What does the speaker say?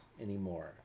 anymore